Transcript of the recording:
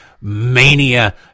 mania